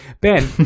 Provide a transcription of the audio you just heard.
Ben